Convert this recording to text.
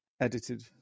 edited